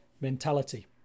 mentality